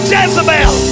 Jezebel